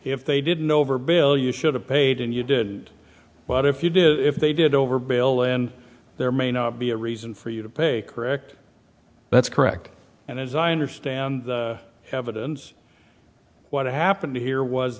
if they didn't over bill you should have paid and you did but if you did if they did over bail and there may not be a reason for you to pay correct that's correct and as i understand the evidence what happened here was